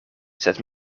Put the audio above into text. sed